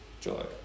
joy